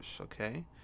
Okay